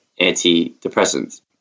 antidepressants